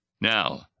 Now